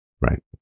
right